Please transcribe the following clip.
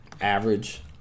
average